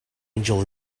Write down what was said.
angel